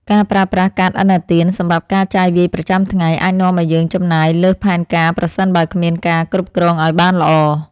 ការប្រើប្រាស់កាតឥណទានសម្រាប់ការចាយវាយប្រចាំថ្ងៃអាចនាំឱ្យយើងចំណាយលើសផែនការប្រសិនបើគ្មានការគ្រប់គ្រងឱ្យបានល្អ។